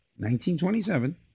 1927